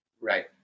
Right